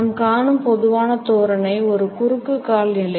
நாம் காணும் பொதுவான தோரணை ஒரு குறுக்கு கால் நிலை